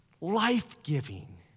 life-giving